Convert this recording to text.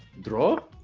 draw